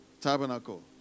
Tabernacle